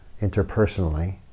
interpersonally